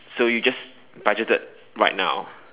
so you just budgeted right now